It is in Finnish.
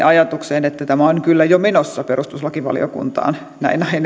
ajatukseen että tämä on kyllä jo menossa perustuslakivaliokuntaan näin